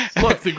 Look